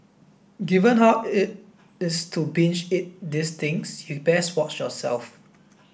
given how easy it's to binge eat these things you best watch yourself